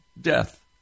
death